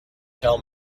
tell